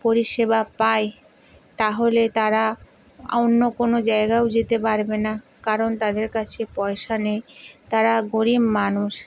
পরিষেবা পায় তাহলে তারা অন্য কোনো জায়গায়ও যেতে পারবে না কারণ তাদের কাছে পয়সা নেই তারা গরীব মানুষ